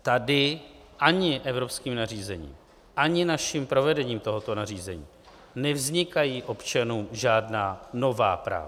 Tady ani evropským nařízením, ani naším provedením tohoto nařízení nevznikají občanům žádná nová práva.